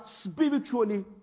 spiritually